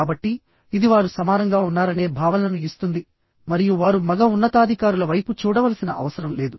కాబట్టి ఇది వారు సమానంగా ఉన్నారనే భావనను ఇస్తుంది మరియు వారు మగ ఉన్నతాధికారుల వైపు చూడవలసిన అవసరం లేదు